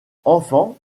enfant